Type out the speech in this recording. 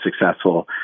successful